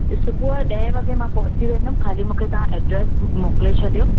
सुबुह जो ॾहें वॻे मां पहुची वेंदमि खाली मूंखे तव्हां एड्रेस मोकिले छॾियो